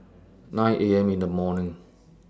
nine A M in The morning